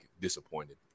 disappointed